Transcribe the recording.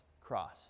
cross